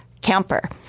camper